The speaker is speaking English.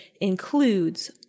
includes